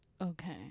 Okay